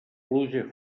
pluja